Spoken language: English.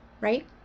Right